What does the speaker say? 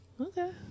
Okay